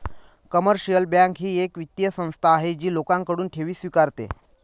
commercial bank ही एक वित्तीय संस्था आहे जी लोकांकडून ठेवी स्वीकारते